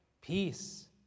peace